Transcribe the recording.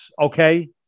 okay